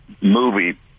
movie